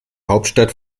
hauptstadt